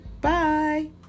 Bye